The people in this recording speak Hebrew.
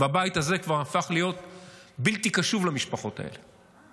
והבית הזה כבר הפך להיות בלתי קשוב למשפחות האלה.